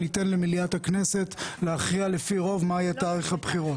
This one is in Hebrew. ניתן למליאת הכנסת להכריע לפי רוב מה יהיה תאריך הבחירות.